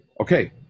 okay